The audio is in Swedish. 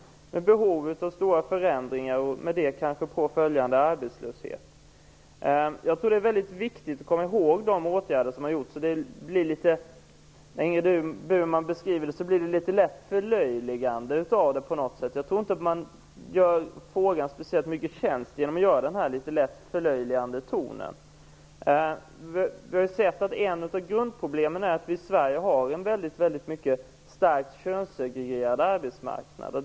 Det finns behov av stora förändringar och med dem följer kanske arbetslöshet. Jag tror att det är mycket viktigt att komma ihåg de åtgärder som har vidtagits. När Ingrid Burman beskriver dem blir det ett litet lätt förlöjligande. Jag tror inte att man gör frågan någon tjänst genom att anlägga den här litet lätt förlöjligande tonen. Vi har sett att ett av grundproblemen är att vi i Sverige har en mycket starkt könssegregerad arbetsmarknad.